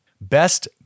Best